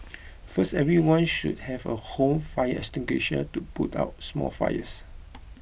first everyone should have a home fire extinguisher to put out small fires